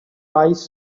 rice